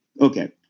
Okay